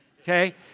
Okay